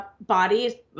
body